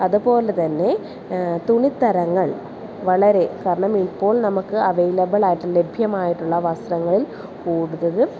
അതുപോലെത്തന്നെ തുണിത്തരങ്ങൾ വളരെ കാരണം ഇപ്പോൾ നമുക്ക് അവൈലബിൾ ആയിട്ട് ലഭ്യമായിട്ടുള്ള വസ്ത്രങ്ങളിൽ കൂടുതലും